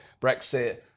Brexit